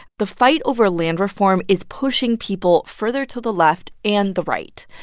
the fight over land reform is pushing people further to the left and the right.